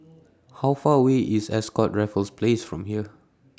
How Far away IS Ascott Raffles Place from here